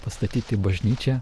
pastatyti bažnyčią